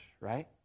right